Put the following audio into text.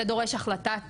זה דורש החלטה של,